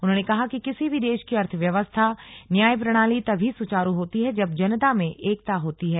उन्होंने कहा कि किसी भी देश की अर्थव्यवस्था न्यायप्रणाली तभी सुचारू होती है जब जनता मे एकता होती है